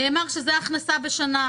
נאמר שזה ההכנסה בשנה.